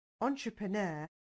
entrepreneur